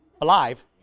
alive